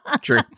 True